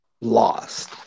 lost